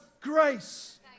grace